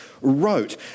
wrote